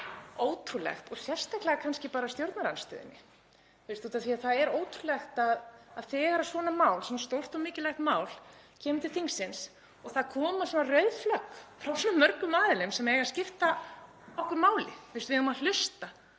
og sérstaklega kannski bara stjórnarandstöðunni. Það er í raun og veru ótrúlegt. Þegar svona mál, svona stórt og mikilvægt mál, kemur til þingsins og það koma rauð flögg frá svo mörgum aðilum sem eiga að skipta okkur máli þá eigum við að hlusta